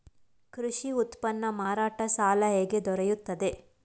ಕೃಷಿ ಉತ್ಪನ್ನ ಮಾರಾಟ ಸಾಲ ಹೇಗೆ ದೊರೆಯುತ್ತದೆ?